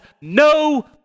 no